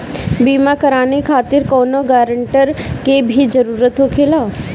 बीमा कराने खातिर कौनो ग्रानटर के भी जरूरत होखे ला?